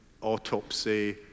autopsy